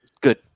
Good